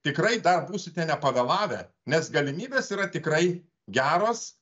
tikrai dar būsite nepavėlavę nes galimybės yra tikrai geros